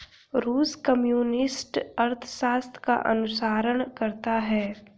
रूस कम्युनिस्ट अर्थशास्त्र का अनुसरण करता है